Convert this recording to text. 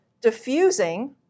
diffusing